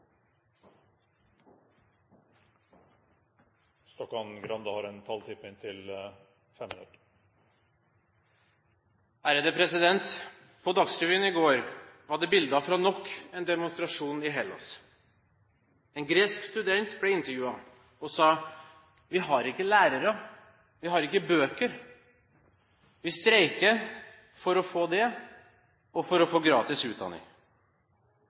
På Dagsrevyen i går var det bilder fra nok en demonstrasjon i Hellas. En gresk student ble intervjuet. Han sa: Vi har ikke lærere, vi har ikke bøker. Vi streiker for å få det og for å få gratis utdanning.